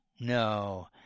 No